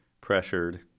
pressured